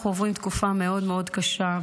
אנחנו עוברים תקופה מאוד מאוד קשה,